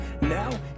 Now